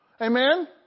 Amen